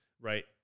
right